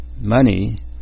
money